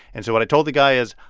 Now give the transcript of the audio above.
and so what i told the guy is,